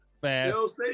fast